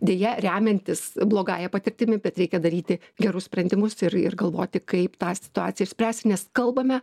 deja remiantis blogąja patirtimi bet reikia daryti gerus sprendimus ir ir galvoti kaip tą situaciją išspręsti nes kalbame